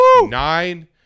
nine